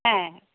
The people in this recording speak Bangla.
হ্যাঁ